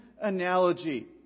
analogy